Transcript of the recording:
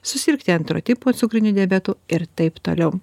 susirgti antro tipo cukriniu diabetu ir taip toliau